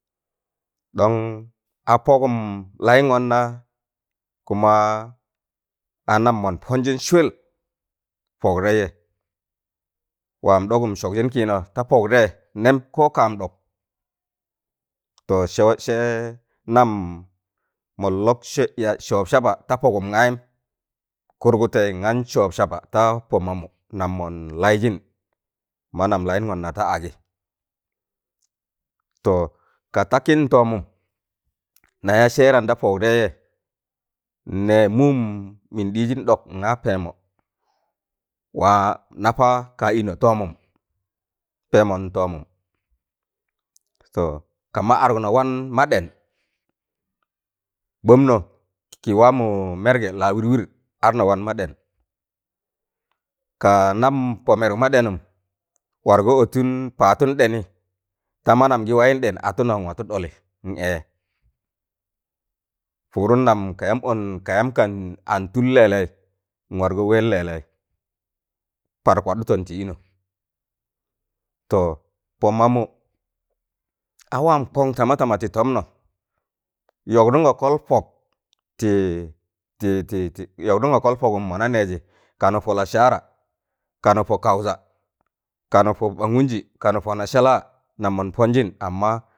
ɗon a pọgụm laịngọn na kuma anam mọn pọnjịn swịl pọkdẹịjẹ waam ɗọgụm sọgjịn kịịnọ da pọkdẹị nẹm ko kạam ɗọk to sẹ- sẹ nam mọn lọk sẹ ya, sọọb saba ta pọgụm gaayịm kụrgụtẹ ngaan sọọb saba ta pọ mamụ nam mọn laịjịn manam layịm gọnna ta agị to ka takịn ntọọmụm na ya sẹẹra nda pọgdẹijẹ n'nẹẹ mụụm mịn ɗịịjịn ɗọk nga pẹẹmọ waa napaa kaaịnọ tọọmụm pẹẹmọ n tọọmụm to kama adụknọ wan ma ɗẹn kọmnọ kị waamo mẹrgẹ lawịrwịr adnọ wan ma ɗẹn kaa nam pọ meruk mạ ɗẹnụm wargọ ọtụn pattụn ɗẹnị tamanamgị wayụn ɗẹn wargọ atunọ nwatụ ɗọlị n ẹẹ pụụdụn nam ka yam ọn ka yam ang tul lẹlẹị n wargọ wẹẹn lẹlẹị par kwaɗụtọn tụ ịnọ to pọ mamụ a waam kọng tamatama tị tọmnọ yọgdụngọ kọl pok ti- ti- ti- ti- yokdungo kol pọgụm mọna nẹẹjị kanụ pọ lasaara kanụ pọ kaụza kanụ pọ ɓagụnjị kanụ pọ nasẹlaa nam mọn pọnjịn amma,